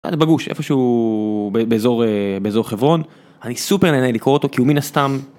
בגוש, איפשהו באזור חברון, אני סופר נהנה לקרוא אותו כי הוא מן הסתם...